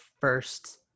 first